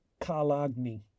Kalagni